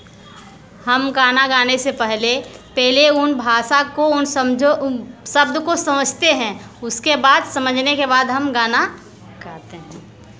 हम गाना गाने से पहले पहले उन भाषा को उन समझो शब्द को समझते हैं उसके बाद समझने के बाद हम गाना गाते हैं